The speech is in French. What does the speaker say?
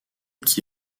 qui